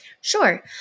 Sure